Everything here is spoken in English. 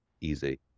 Easy